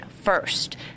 first